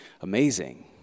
amazing